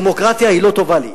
הדמוקרטיה היא לא טובה לי.